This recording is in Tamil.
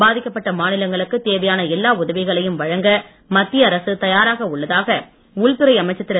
பாதிக்கப்பட்ட மாநிலங்களுக்கு தேவையான எல்லா உதவிகளையும் வழங்க மத்திய அரசு தயாராக உள்ளதாக உள்துறை அமைச்சர் திரு